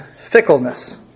fickleness